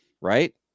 right